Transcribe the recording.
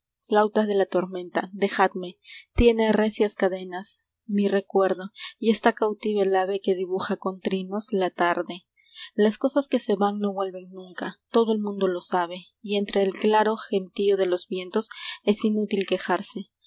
flautas en la tormenta dejadme tiene recias cadenas mi recuerdo y está cautiva el ave que dibuja con trinos la tarde las cosas que se van no vuelven nunca todo el mundo lo sabe entre el claro gentío de los vientos es inútil quejarse